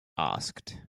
asked